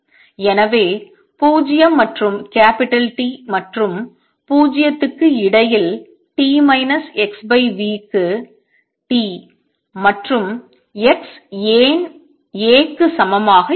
எனவே 0 மற்றும் T மற்றும் 0 க்கு இடையில் t x v க்கு t மற்றும் x ஏன் A க்கு சமமாக இருக்கும்